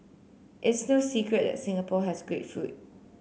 it's no secret that Singapore has great food